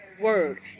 word